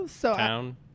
town